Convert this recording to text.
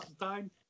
time